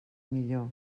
millor